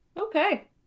Okay